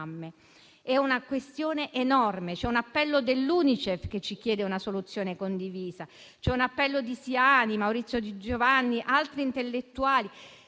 È una questione enorme. C'è un appello dell'UNICEF che ci chiede una soluzione condivisa; c'è un appello di Siani, Maurizio Di Giovanni e di altri intellettuali.